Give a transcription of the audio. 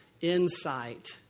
insight